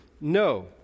No